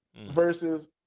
versus